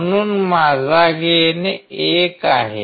म्हणून माझा गेन 1 आहे